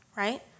right